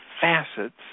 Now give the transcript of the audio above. facets